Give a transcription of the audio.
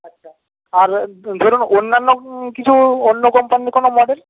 আচ্ছা আর ধরুন অন্যান্য কিছু অন্য কোম্পানির কোনো মডেল